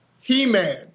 He-Man